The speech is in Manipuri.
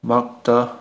ꯃꯥꯛꯇ